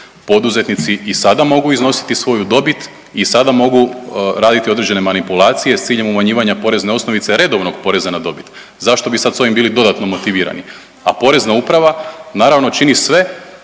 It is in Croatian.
poduzetnici i sada mogu iznositi svoju dobit i sada mogu raditi određene manipulacije s ciljem umanjivanja porezne osnovice redovnog poreza na dobit. Zašto bi sad s ovim bili dodatno motivirani? A porezna uprava naravno čini sve